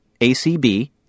ACB